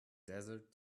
desert